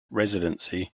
residency